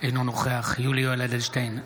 אינו נוכח יולי יואל אדלשטיין,